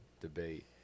debate